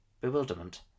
bewilderment